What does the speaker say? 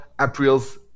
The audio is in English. April's